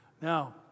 Now